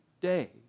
day